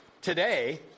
Today